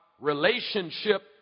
relationship